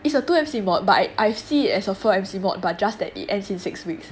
it's a two M_C module but I I see it as a four M_C module but just that it ends in six weeks